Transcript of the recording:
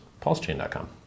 pulsechain.com